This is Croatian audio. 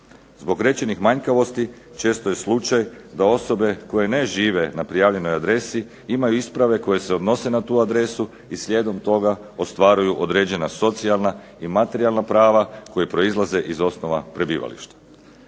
Zbog rečenih manjkavosti često je slučaj da osobe koje ne žive na prijavljenoj adresi imaju isprave koje se odnose na tu adresu i slijedom toga ostvaruju određena socijalna i materijalna prava koja proizlaze iz osnova prebivališta.